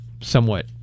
somewhat